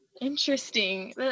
Interesting